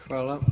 Hvala.